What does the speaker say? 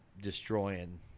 destroying